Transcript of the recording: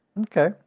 Okay